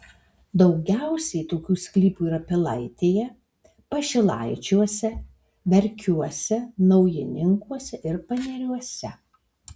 daugiausiai tokių sklypų yra pilaitėje pašilaičiuose verkiuose naujininkuose ir paneriuose